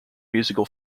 musical